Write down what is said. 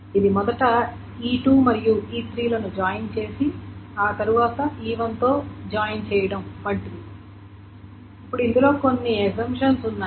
ఇది మొదట E2 మరియు E3 లను జాయిన్ చేసి ఆ తరువాత E1 తో జాయిన్ చేయటం వంటిది ఇప్పుడు ఇందులో కొన్ని అసంప్షన్స్ ఉన్నాయి